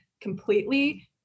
completely